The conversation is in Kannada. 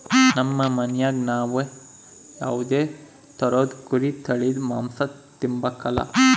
ನಮ್ ಮನ್ಯಾಗ ನಾವ್ ಯಾವ್ದೇ ತರುದ್ ಕುರಿ ತಳೀದು ಮಾಂಸ ತಿಂಬಕಲ